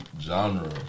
genre